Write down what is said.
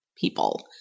people